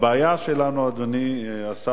אדוני השר,